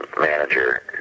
manager